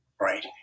Right